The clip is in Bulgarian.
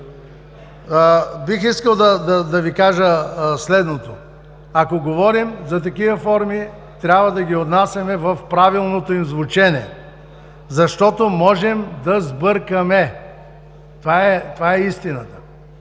Бих искал да Ви кажа следното. Ако говорим за такива форми, трябва да ги отнасяме в правилното им звучене, защото можем да сбъркаме. Това е истината!